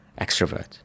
extrovert